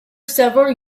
several